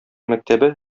мәктәбе